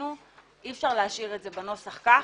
אי אפשר להשאיר את זה בנוסח כך,